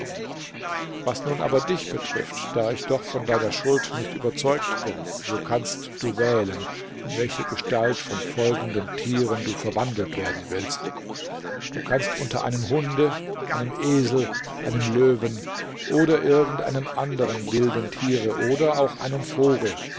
was nun aber dich betrifft da ich doch von deiner schuld nicht überzeugt bin so kannst du wählen in welche gestalt von folgenden tieren du verwandelt werden willst du kannst unter einem hunde einem esel einem löwen oder irgend einem anderen wilden tiere oder auch einem vogel